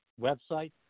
website